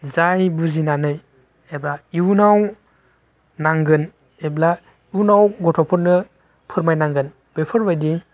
जाय बुजिनानै एबा इयुनाव नांगोन एबा उनाव गथ'फोरनो फोरमायनानै होगोन बेफोर बायदि